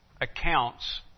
accounts